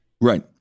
Right